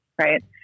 Right